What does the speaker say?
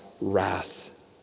wrath